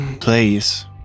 Please